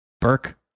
Burke